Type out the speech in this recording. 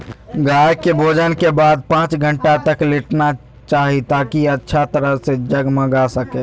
गाय के भोजन के बाद पांच घंटा तक लेटना चाहि, ताकि अच्छा तरह से जगमगा सकै